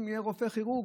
יהיה רופא כירורג?